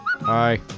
Hi